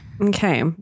Okay